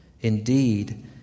indeed